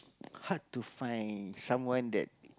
hard to find someone that